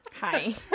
Hi